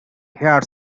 hair